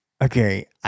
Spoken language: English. Okay